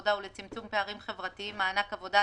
העבודה ולצמצום פערים חברתיים (מענק עבודה),